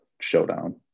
showdown